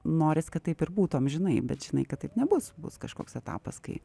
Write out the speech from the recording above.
norisi kad taip ir būtų amžinai bet žinai kad taip nebus bus kažkoks etapas kai